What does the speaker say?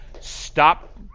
Stop